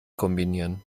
kombinieren